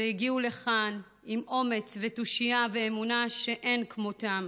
והגיעו לכאן עם אומץ ותושייה ואמונה שאין כמותם.